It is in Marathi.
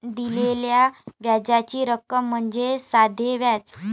दिलेल्या व्याजाची रक्कम म्हणजे साधे व्याज